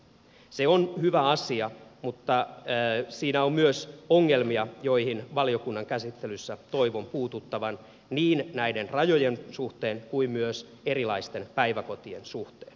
se on hyvä asia mutta siinä on myös ongelmia joihin valiokunnan käsittelyssä toivon puututtavan niin näiden rajojen suhteen kuin myös erilaisten päiväkotien suhteen